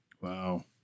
Wow